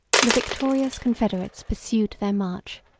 the victorious confederates pursued their march,